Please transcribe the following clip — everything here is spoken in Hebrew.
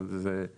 אבל אני